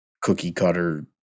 cookie-cutter